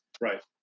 Right